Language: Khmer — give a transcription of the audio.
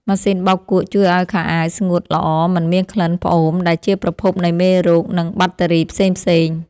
ម៉ាស៊ីនបោកគក់ជួយឱ្យខោអាវស្ងួតល្អមិនមានក្លិនផ្អូមដែលជាប្រភពនៃមេរោគ និងបាក់តេរីផ្សេងៗ។